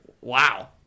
Wow